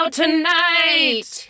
tonight